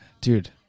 dude